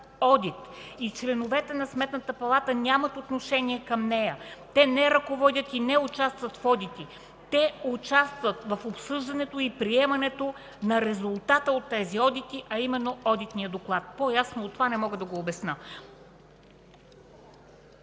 Членовете на Сметната палата нямат отношение към нея, те не ръководят и не участват в одити. Те участват в обсъждането и приемането на резултата от тези одити, а именно одитния доклад. По-ясно от това не мога да го обясня.